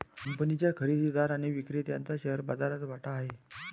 कंपनीच्या खरेदीदार आणि विक्रेत्याचा शेअर बाजारात वाटा आहे